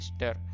Mr